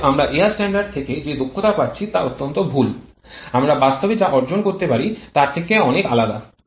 অতএব আমরা air standard থেকে যে দক্ষতা পাচ্ছি তা অত্যন্ত ভুল আমরা বাস্তবে যা অর্জন করতে পারি তার থেকে অনেক আলাদা